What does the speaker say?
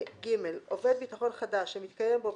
(ג)עובד ביטחון חדש שמתקיים בו,